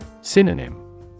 Synonym